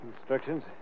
Instructions